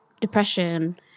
depression